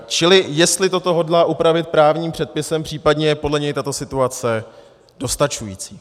Čili jestli toto hodlá upravit právním předpisem, případně je podle něj tato situace dostačující.